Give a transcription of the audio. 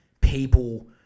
people